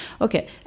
Okay